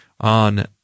on